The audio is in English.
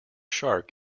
shark